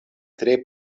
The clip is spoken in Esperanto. tre